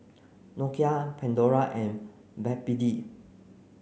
Nokia Pandora and Backpedic